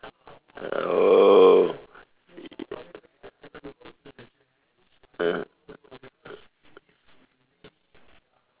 oh uh